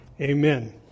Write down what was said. amen